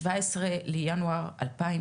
מראש.